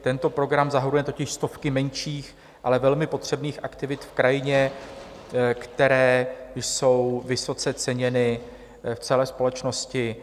Tento program zahrnuje totiž stovky menších, ale velmi potřebných aktivit v krajině, které jsou vysoce ceněny v celé společnosti.